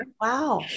Wow